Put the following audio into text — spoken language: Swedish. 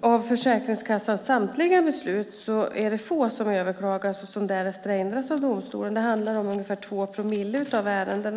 av Försäkringskassans samtliga beslut är det få beslut som överklagas och som därefter ändras av domstol. Det handlar om ungefär 2 promille av alla ärenden.